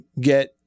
get